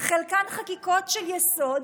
חלקן חקיקות של יסוד,